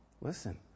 Listen